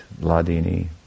Ladini